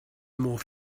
more